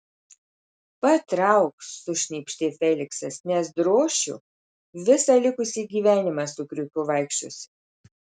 patrauk sušnypštė feliksas nes drošiu visą likusį gyvenimą su kriukiu vaikščiosi